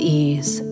ease